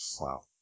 Wow